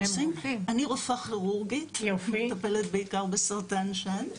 אני רופאה כירורגית, מטפלת בעיקר בסרטן שד.